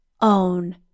own